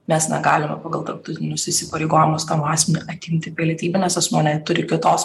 mes negalime pagal tarptautinius įsipareigojimus tam asmeniui atimti pilietybę nes asmuo neturi kitos